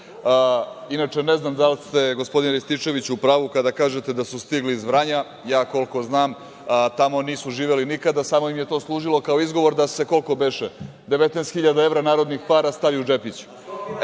Đilasa. Inače, ne znam da li ste, gospodine Rističeviću, u pravu kada kažete da su stigli iz Vranja, ja koliko znam, tamo nisu živeli nikada, samo im je to služilo kao izgovor da se, koliko beše, 19.000 evra narodnih para stavi u džepić. Ti